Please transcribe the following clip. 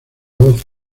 voz